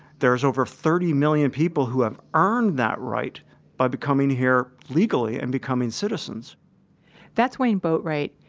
there's over thirty million people who have earned that right by becoming here legally and becoming citizens that's wayne boatwright.